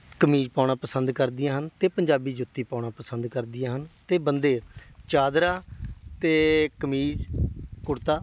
ਕਮੀਜ਼ ਪਾਉਣਾ ਪਸੰਦ ਕਰਦੀਆਂ ਹਨ ਅਤੇ ਪੰਜਾਬੀ ਜੁੱਤੀ ਪਾਉਣਾ ਪਸੰਦ ਕਰਦੀਆਂ ਹਨ ਅਤੇ ਬੰਦੇ ਚਾਦਰਾ ਅਤੇ ਕਮੀਜ਼ ਕੁੜਤਾ